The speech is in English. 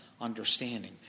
understanding